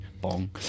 Bong